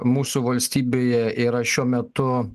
mūsų valstybėje yra šiuo metu